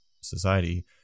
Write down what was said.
society